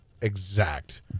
exact